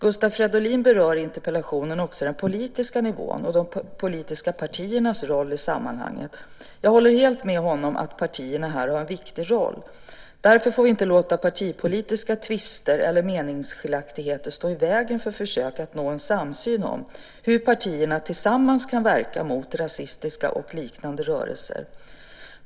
Gustav Fridolin berör i interpellationen också den politiska nivån och de politiska partiernas roll i sammanhanget. Jag håller helt med honom om att partierna här har en viktig roll. Därför får vi inte låta partipolitiska tvister eller meningsskiljaktigheter stå i vägen för försök att nå en samsyn om hur partierna tillsammans kan verka mot rasistiska och liknande rörelser.